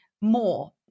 more